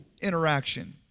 interaction